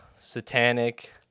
satanic